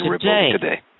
today